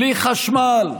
בלי חשמל,